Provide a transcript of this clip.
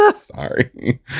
Sorry